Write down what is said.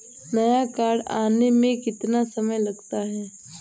नया कार्ड आने में कितना समय लगता है?